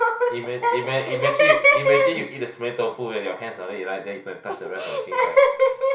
ima~ imagine imagine you eat the smelly tofu right your hands ah then you go touch the rest of the things right